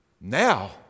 Now